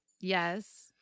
Yes